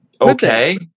okay